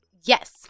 Yes